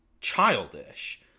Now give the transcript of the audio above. childish